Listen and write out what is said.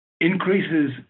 increases